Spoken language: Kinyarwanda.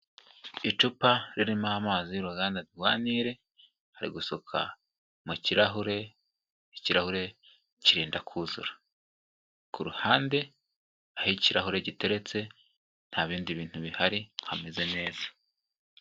Icupa ririmo amazi y'uruganda rwa Nile ari gusuka mu kirahure, ikirahure kirenda kuzura, ku ruhande aho ikirahure giteretse nta bindi bintu bihari hameze neza.